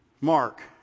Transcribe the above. Mark